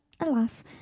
alas